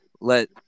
Let